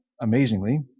Amazingly